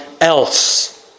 else